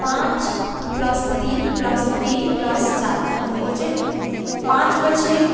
पाँच प्लस तिन प्लस तिन प्लस चार भनेको चाहिँ पाँचपछि